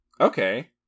okay